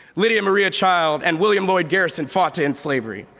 lydia maria child and william lloyd garrison fought to end slavery,